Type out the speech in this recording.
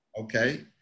Okay